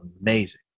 amazing